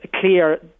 clear